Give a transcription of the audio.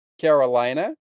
Carolina